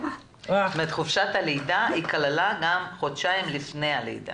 חופשת הלידה כללה גם חודשיים לפני הלידה.